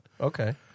Okay